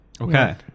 Okay